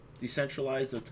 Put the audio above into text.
Decentralized